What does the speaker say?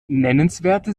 nennenswerte